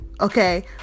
okay